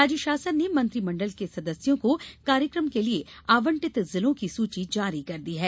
राज्य शासन ने मंत्रि मण्डल के सदस्यों को कार्यक्रम के लिये आवंटित जिलों की सूची जारी कर दी है